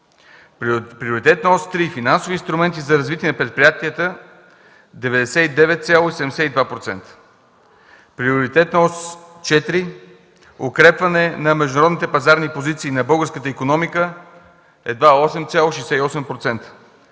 Приоритетна ос 3 – финансови инструменти за развитие на предприятията 99,72%. - Приоритетна ос 4 – укрепване на международните пазарни позиции на българската икономика – едва 8,68%.